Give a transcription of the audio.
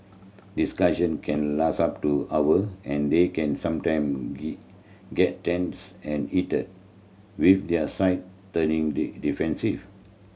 discussion can last up to hour and they can sometime get tense and heated with their side turning defensive